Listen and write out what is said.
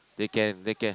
they can they can